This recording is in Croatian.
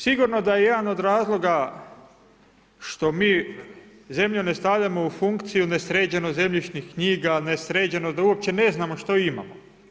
Sigurno da je jedan od razloga što mi zemlju ne stavljamo u funkciju, nesređenost zemljišnih knjiga, nesređenost da uopće ne znamo što imamo.